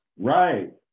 right